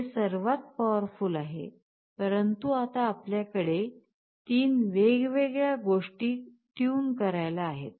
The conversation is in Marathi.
हे सर्वात पॉवरफुल आहे परंतु आता आपल्याकडे 3 वेगवेगळ्या गोष्टी टूयन करायला आहेत